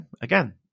Again